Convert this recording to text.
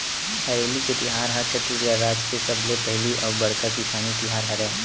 हरेली के तिहार ह छत्तीसगढ़ राज के सबले पहिली अउ बड़का किसानी तिहार हरय